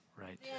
right